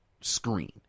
screen